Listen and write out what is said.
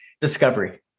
discovery